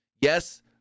yes